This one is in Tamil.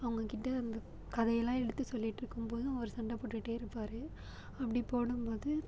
அவங்கக்கிட்ட அந்த கதையெல்லாம் எடுத்து சொல்லிகிட்ருக்கும்போது அவரு சண்டை போட்டுகிட்டே இருப்பார் அப்படி போடும்போது